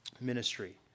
ministry